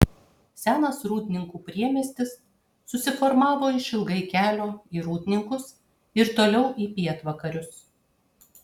senas rūdninkų priemiestis susiformavo išilgai kelio į rūdninkus ir toliau į pietvakarius